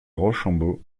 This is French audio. rochambeau